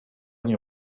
nie